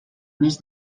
més